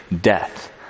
death